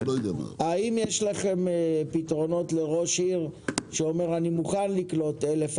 האם יש לכם פתרונות לראש עיר שאומר 'אני מוכן לקלוט 1,000,